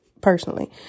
personally